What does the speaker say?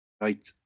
Right